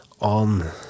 on